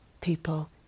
people